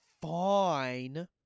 fine